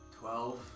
Twelve